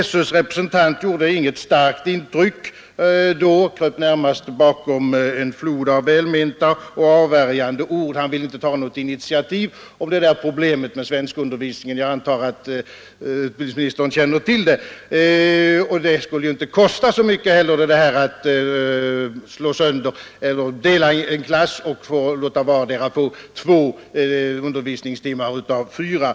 SÖ:s representant gjorde inget starkt intryck då — kröp närmast bakom en flod av välmenta och avvärjande ord. Han ville inte ta något initiativ i fråga om problemet med svenskundervisningen. Jag antar att utbildningsministern känner till det. Det skulle ju inte kosta så mycket att dela en klass och låta vardera halvan få två undervisningstimmar av fyra.